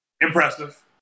Impressive